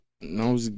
No